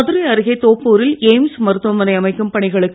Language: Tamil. மதுரை அருகே தோப்பூ ரில் எய்ம்ஸ் மருத்துவமனை அமைக்கும் பணிகளுக்கு